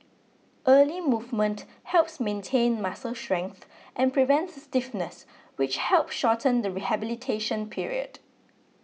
early movement helps maintain muscle strength and prevents stiffness which help shorten the rehabilitation period